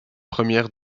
première